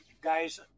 guys